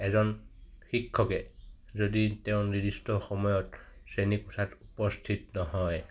এজন শিক্ষকে যদি তেওঁৰ নিৰ্দিষ্ট সময়ত শ্ৰেণী কোঠাত উপস্থিত নহয়